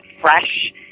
fresh